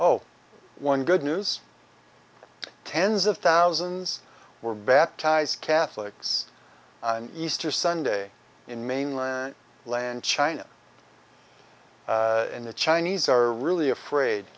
oh one good news tens of thousands were baptized catholics and easter sunday in mainland land china and the chinese are really afraid